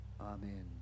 Amen